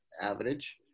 average